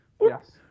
Yes